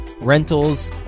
rentals